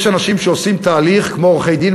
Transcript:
יש אנשים שעושים תהליך כמו עורכי-דין,